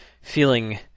feeling